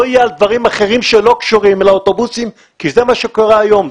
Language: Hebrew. יהיה על דברים אחרים שלא קשורים לאוטובוסים כי זה מה שקורה היום.